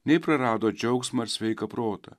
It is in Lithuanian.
nei prarado džiaugsmą ir sveiką protą